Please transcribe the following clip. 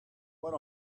what